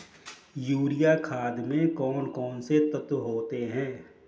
Urea खाद में कौन कौन से तत्व होते हैं?